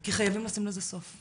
כי חייבים לעשות לזה סוף.